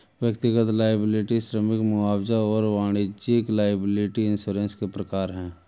व्यक्तिगत लॉयबिलटी श्रमिक मुआवजा और वाणिज्यिक लॉयबिलटी इंश्योरेंस के प्रकार हैं